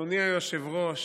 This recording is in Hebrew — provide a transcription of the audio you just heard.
אדוני היושב-ראש,